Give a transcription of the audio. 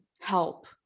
help